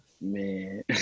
Man